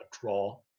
draw